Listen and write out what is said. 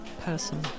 person